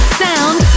sound